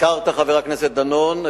חבר הכנסת דנון,